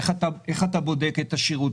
איך אתה בודק את השירותיות?